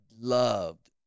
loved